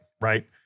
right